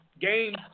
game